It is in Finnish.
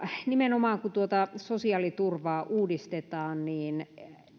nimenomaan tuota sosiaaliturvaa uudistetaan niin